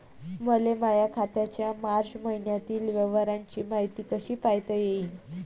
मले माया खात्याच्या मार्च मईन्यातील व्यवहाराची मायती कशी पायता येईन?